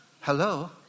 Hello